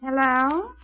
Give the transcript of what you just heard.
Hello